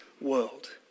world